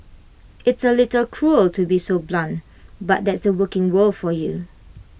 it's A little cruel to be so blunt but that's the working world for you